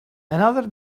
another